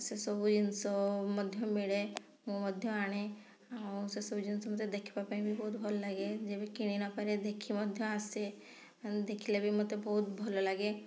ସେ ସବୁ ଜିନିଷ ମଧ୍ୟ ମିଳେ ମୁଁ ମଧ୍ୟ ଆଣେ ଆଉ ସେ ସବୁ ଜିନିଷ ମୋତେ ଦେଖିବା ପାଇଁ ବି ବହୁତ ଭଲ ଲାଗେ ଯେବେ କିଣି ନ ପାରେ ଦେଖି ମଧ୍ୟ ଆସେ ଦେଖିଲେ ବି ମୋତେ ବହୁତ ଭଲ ଲାଗେ